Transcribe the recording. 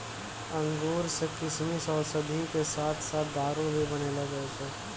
अंगूर सॅ किशमिश, औषधि के साथॅ साथॅ दारू भी बनैलो जाय छै